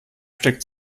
steckt